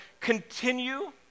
continue